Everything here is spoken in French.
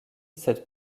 cette